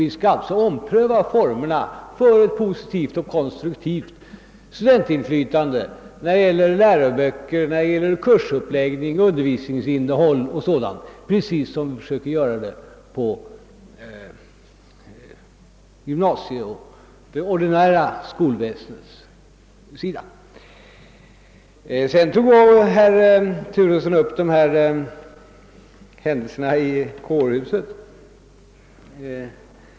Vi skall alltså ompröva formerna för ett positivt konstruktivt studentinflytande när det gäller läroböcker, kursuppläggning, undervisningsinnehåll och sådant, precis som vi försöker göra på gymnasiehåll och i det Övriga ordinarie skolväsendet. Sedan tog herr Turesson upp de händelser som utspelade sig i kårhuset.